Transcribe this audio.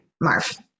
Marv